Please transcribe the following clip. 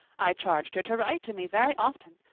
i charged her to write to me very often,